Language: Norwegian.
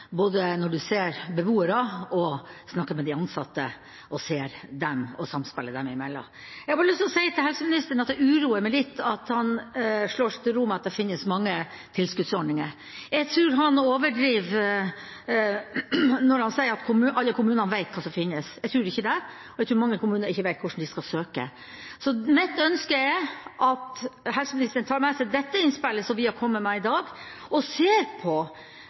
både når man ser beboerne og snakker med de ansatte og ser samspillet dem imellom. Jeg har bare lyst til å si til helseministeren at det uroer meg litt at han slår seg til ro med at det finnes mange tilskuddsordninger. Jeg tror han overdriver når han sier at alle kommuner vet hva som finnes. Jeg tror ikke det, og jeg tror mange kommuner ikke vet hvordan de skal søke. Så mitt ønske er at helseministeren tar med seg det innspillet som vi har kommet med i dag, og ser på